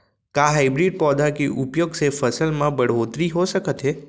का हाइब्रिड पौधा के उपयोग से फसल म बढ़होत्तरी हो सकत हे?